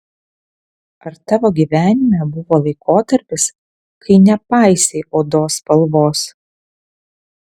ar tavo gyvenime buvo laikotarpis kai nepaisei odos spalvos